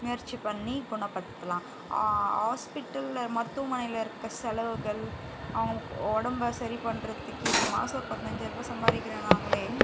முயற்சி பண்ணி குணப்படுத்தலாம் ஹாஸ்பிட்டல்ல மருத்துவமனையில இருக்க செலவுகள் அவங்க உடம்ப சரி பண்ணுறத்துக்கே இப்போ மாதம் ஒரு பதினஞ்சாயரம் ரூபாய் சம்பாதிக்கிற நாங்களே